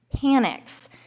panics